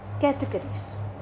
categories